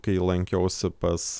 kai lankiausi pas